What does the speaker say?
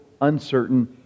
uncertain